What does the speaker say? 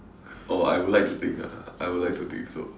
oh I would like to think ah I would like to think so